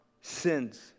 sins